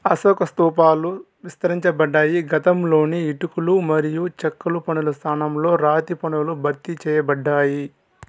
అశోక స్థూపాలు విస్తరించబడ్డాయి గతంలోని ఇటుకలు మరియు చెక్కలు పనుల స్థానంలో రాతి పనులు భర్తీ చేయబడ్డాయి